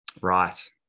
Right